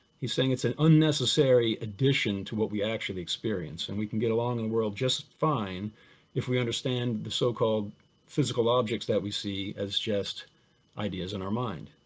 he's saying it's an unnecessary addition to what we actually experience and we can get along in the world just fine if we understand the so called physical objects that we see as just ideas in our mind.